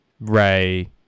Ray